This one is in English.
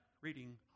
reading